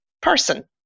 person